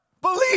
Believe